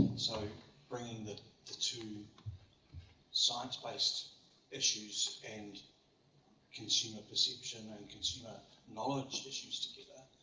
so bringing the the two science-based issues and consumer perception and consumer knowledge issues together,